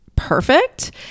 perfect